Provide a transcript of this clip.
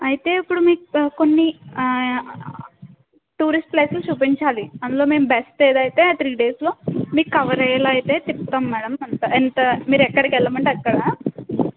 అయితే ఇప్పుడు మీకు కొన్ని టూరిస్ట్ ప్లేసెస్ చూపించాలి అందులో మేము బెస్ట్ ఏదైతే ఆ త్రీ డేస్లో మీకు కవర్ అయ్యేలా అయితే తిప్పుతాం మేడం ఎంత ఎంత మీరు ఎక్కడికెళ్ళమంటే అక్కడ